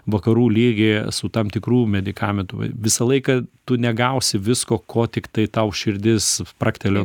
vakarų lygį su tam tikrų medikamentų visą laiką tu negausi visko ko tiktai tau širdis spragtelėjo